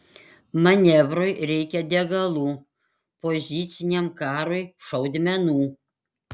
manevrui reikia degalų poziciniam karui šaudmenų